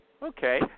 Okay